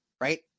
right